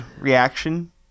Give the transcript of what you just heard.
reaction